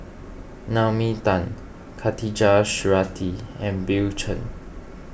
Naomi Tan Khatijah Surattee and Bill Chen